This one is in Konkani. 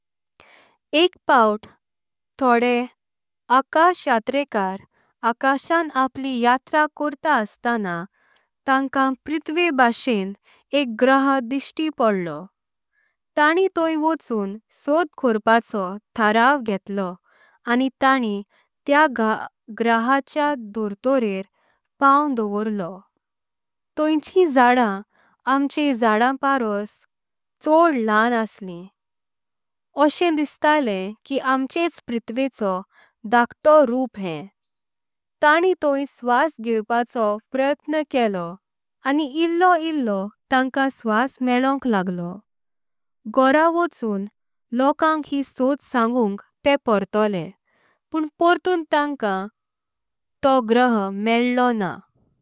एक पावथ तोडे आकाशयात्रेकार आकाशान आपली यात्रा करता। अस्ताना तंकां पृथ्वे भाषेण एक ग्रह दिस्ती पडला तांणीं थोई वचून। सोड कोर्पाचो ठरांव घेतलो आनी तांणीं त्या ग्रहाच्या। दोर्तोरे पांव दोवर्लो थोईचिं जड्डां आमचे जड्डां परोस छोड ल्हान असलिं। अक्षें दिस्टालें की आमचेच पृथ्वेचो धाकतो रूप हम तांणीं थोई श्वास। घेवंपाचो प्रयत्न केलो आनी इलो इलो तंकां श्वास मेळळं लगलो घोरा। वचून लोकांक ही सोड सांगुंक ते पोर्तोले पण पोर्तुं तंकां थो ग्रह मेळ्लो नांव।